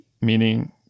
meaning